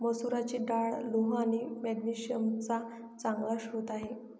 मसुराची डाळ लोह आणि मॅग्नेशिअम चा चांगला स्रोत आहे